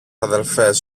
αδελφές